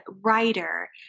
writer